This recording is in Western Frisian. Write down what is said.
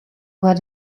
foar